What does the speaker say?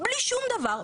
בלי שום דבר,